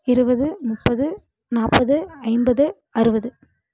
இருபது முப்பது நாற்பது ஐம்பது அறுபது